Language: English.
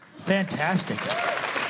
Fantastic